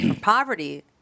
Poverty